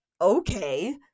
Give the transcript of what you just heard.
Okay